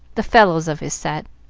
the fellows of his set.